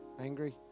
Angry